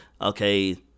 okay